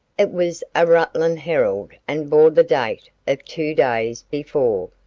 it was a rutland herald and bore the date of two days before.